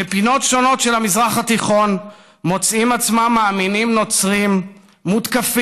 בפינות שונות של המזרח התיכון מוצאים את עצמם מאמינים נוצרים מותקפים,